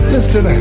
Listen